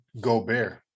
Gobert